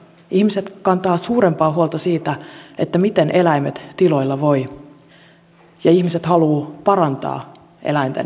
ihmiset kantavat suurempaa huolta siitä miten eläimet tiloilla voivat ja ihmiset haluavat parantaa eläinten asemaa